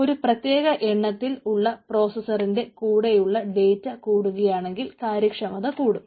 ഒരു പ്രത്യേക എണ്ണത്തിൽ ഉള്ള പ്രോസസറന്റെ കൂടെയുള്ള ഡേറ്റ കൂടുകയാണെങ്കിൽ കാര്യക്ഷമത കൂടും